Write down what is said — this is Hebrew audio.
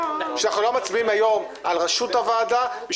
שאם אנחנו מקימים את הוועדות,